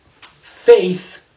faith